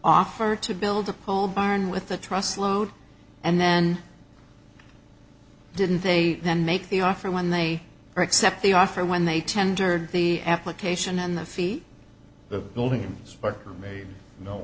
offer to build a pole barn with the trust float and then didn't they then make the offer when they were except the offer when they tendered the application and the feet the building inspector made no